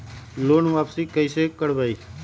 Loan वापसी कैसे करबी?